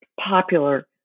popular